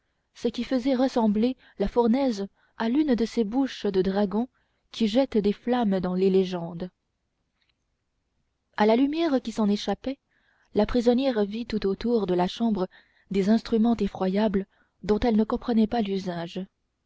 ce qui faisait ressembler la fournaise à l'une de ces bouches de dragons qui jettent des flammes dans les légendes à la lumière qui s'en échappait la prisonnière vit tout autour de la chambre des instruments effroyables dont elle ne comprenait pas l'usage